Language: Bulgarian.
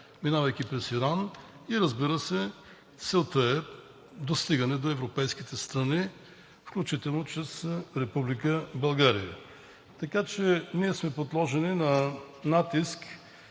минавайки през Иран и, разбира се, целта е достигане до европейските страни, включително през Република България. Така че ние сме подложени на натиск